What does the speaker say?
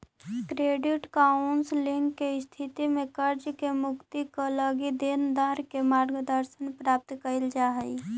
credit counselling के स्थिति में कर्ज से मुक्ति क लगी देनदार के मार्गदर्शन प्रदान कईल जा हई